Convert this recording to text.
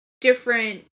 different